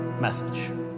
message